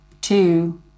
Two